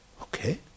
Okay